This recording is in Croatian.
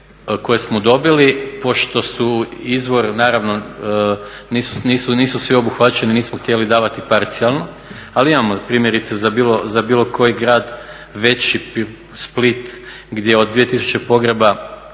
koje smo dobili pošto su izvor naravno nisu svi obuhvaćeni, nismo htjeli davati parcijalno ali imamo primjerice za bilo koji grad veći. Split gdje od 2000 pogreba